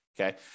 Okay